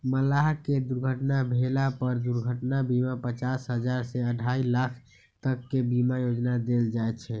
मलाह के दुर्घटना भेला पर दुर्घटना बीमा पचास हजार से अढ़ाई लाख तक के बीमा योजना देल जाय छै